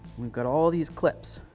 we've got all these clips.